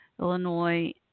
Illinois